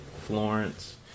Florence